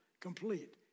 complete